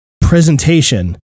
presentation